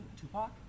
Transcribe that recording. Tupac